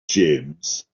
james